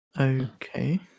Okay